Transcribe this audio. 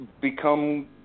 become –